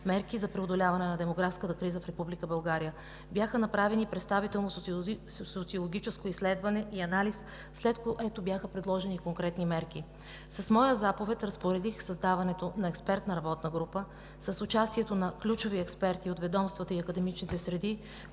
„Мерки за преодоляване на демографската криза в Република България“. Бяха направени представително социологическо изследване и анализ, след което бяха предложени конкретни мерки. С моя заповед разпоредих създаването на експертна работна група с участието на ключови експерти от ведомствата и академичните среди,